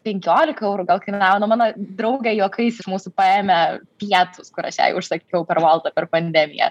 penkiolika eurų gal kainavo nu mano draugė juokais iš mūsų paėmė pietus kur aš jai užsakiau per voltą per pandemiją